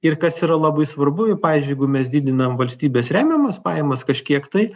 ir kas yra labai svarbu ir pavyzdžiui jeigu mes didinam valstybės remiamas pajamas kažkiek tai